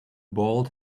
bald